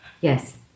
Yes